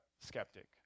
skeptic